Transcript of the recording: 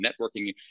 networking